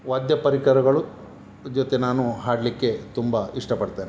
ವಾದ್ಯ ಪರಿಕರಗಳ ಜೊತೆ ನಾನು ಹಾಡಲಿಕ್ಕೆ ತುಂಬ ಇಷ್ಟ ಪಡ್ತೇನೆ